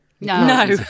No